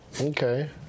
Okay